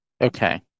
Okay